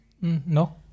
No